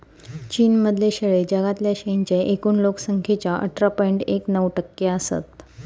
चीन मधले शेळे जगातल्या शेळींच्या एकूण लोक संख्येच्या अठरा पॉइंट एक नऊ टक्के असत